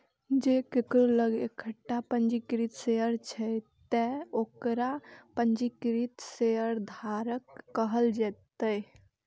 जों केकरो लग एकटा पंजीकृत शेयर छै, ते ओकरा पंजीकृत शेयरधारक कहल जेतै